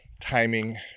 timing